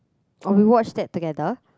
oh we watched that together